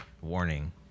warning